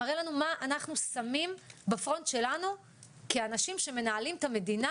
מראה לנו מה אנחנו שמים בפרונט שלנו כאנשים שמנהלים את המדינה,